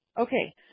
Okay